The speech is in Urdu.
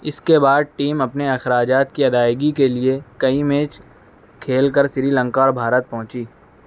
اس کے بعد ٹیم اپنے اخراجات کی ادائیگی کے لیے کئی می چ کھیل کر سری لنکا اور بھارت پہنچی